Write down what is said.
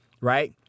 right